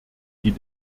die